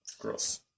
Gross